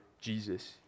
Jesus